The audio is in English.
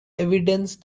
evidence